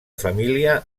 família